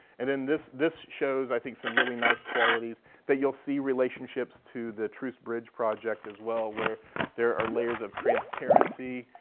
and then this this shows i think some really nice qualities that you'll see relationships to the truce bridge project as well, where there are layers of transparency,